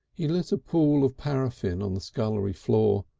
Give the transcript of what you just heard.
he lit a pool of paraffine on the scullery floor,